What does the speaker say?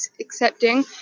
accepting